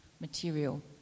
material